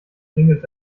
klingelt